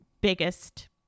biggest